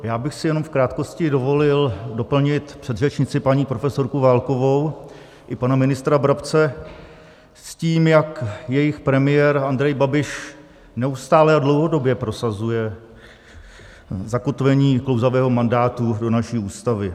Já bych si jenom v krátkosti dovolil doplnit předřečnici, paní profesorku Válkovou, i pana ministra Brabce s tím, jak jejich premiér Andrej Babiš neustále a dlouhodobě prosazuje zakotvení klouzavého mandátu do naší Ústavy.